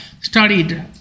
studied